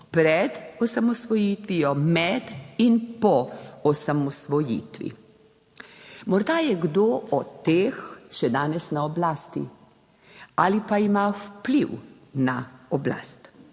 pred osamosvojitvijo, med in po osamosvojitvi. Morda je kdo od teh še danes na oblasti, ali pa ima vpliv na oblast.